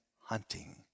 hunting